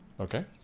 Okay